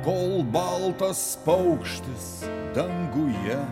kol baltas paukštis danguje